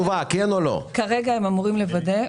כרגע הם אמורים לוודא,